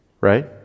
right